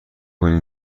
کنید